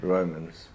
Romans